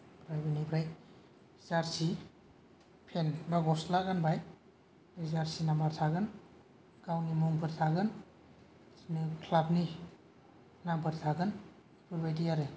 आरो बिनिफ्राय जार्सि फेन बा गस्ला गानबाय बे जार्सि नाम्बार थागोन गावनि मुंफोर थागोन बिदिनो क्लाबनि नामफोर थागोन बेफोरबायदि आरो